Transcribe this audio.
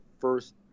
first